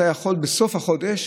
אתה יכול בסוף החודש,